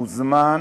מוזמן